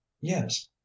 Yes